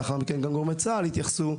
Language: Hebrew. לאחר מכן גם גורמי צה"ל יתייחסו,